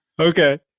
Okay